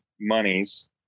monies